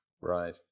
Right